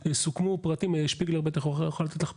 אבל לי כאזרחית ישראל יש זכות לערער על